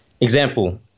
example